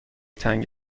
تنگ